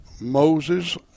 Moses